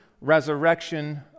resurrection